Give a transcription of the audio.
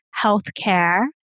healthcare